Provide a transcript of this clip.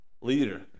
leader